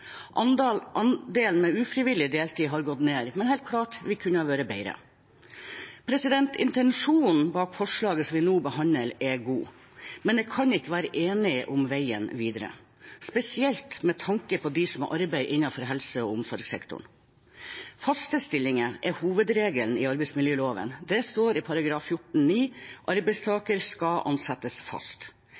Andelen med ufrivillig deltid har gått ned, men det er helt klart at vi kunne vært bedre. Intensjonen bak forslaget som vi nå behandler, er god, men jeg kan ikke være enig i veien videre, spesielt med tanke på dem som har arbeid innenfor helse- og omsorgssektoren. Faste stillinger er hovedregelen i arbeidsmiljøloven. Det står i § 14-9: «Arbeidstaker skal ansettes fast.»